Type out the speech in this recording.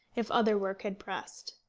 if other work had pressed.